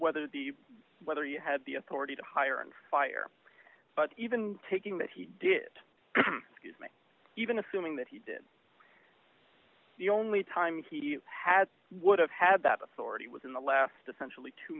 whether the whether you had the authority to hire and fire but even taking that he did it even assuming that he did the only time he had would have had that authority was in the last essentially two